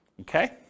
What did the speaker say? Okay